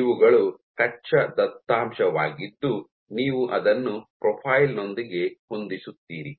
ಇವುಗಳು ಕಚ್ಚಾ ದತ್ತಾಂಶವಾಗಿದ್ದು ನೀವು ಅದನ್ನು ಪ್ರೊಫೈಲ್ ನೊಂದಿಗೆ ಹೊಂದಿಸುತ್ತೀರಿ